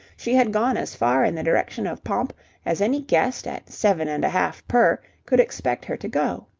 she had gone as far in the direction of pomp as any guest at seven-and-a-half per could expect her to go.